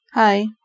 Hi